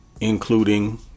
including